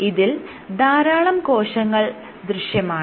ഇതിൽ ധാരാളം കോശങ്ങൾ ദൃശ്യമാണ്